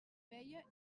feia